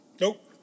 Nope